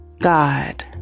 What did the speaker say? God